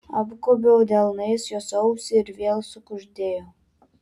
apgobiau delnais jos ausį ir vėl sukuždėjau